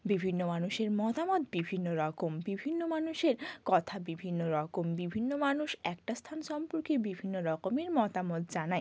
বিভিন্ন মানুষের মতামত বিভিন্ন রকম বিভিন্ন মানুষের কথা বিভিন্ন রকম বিভিন্ন মানুষ একটা স্থান সম্পর্কে বিভিন্ন রকমের মতামত জানায়